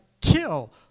kill